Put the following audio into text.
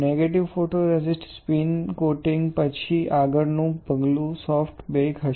negative photoresist spin coating પછી આગળનું પગલું સોફ્ટ બેક હશે